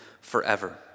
forever